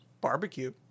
barbecue